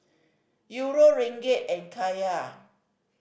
Euro Ringgit and Kyat